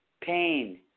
pain